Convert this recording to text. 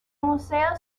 museo